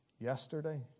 yesterday